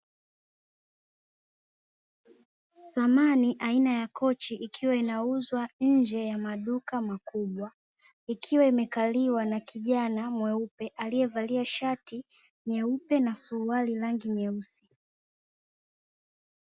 Samani aina ya kochi ikiwa inauzwa nje ya maduka makubwa, ikiwa imekaliwa na kijana mweupe aliyevalia shati nyeupe na suruali rangi nyeusi.